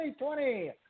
2020